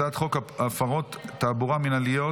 הצעת חוק הפרות תעבורה מינהליות,